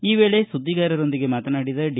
ಈ ವೇಳೆ ಸುಧ್ಗಿಗಾರರೊಂದಿಗೆ ಮಾತನಾಡಿದ ಡಿ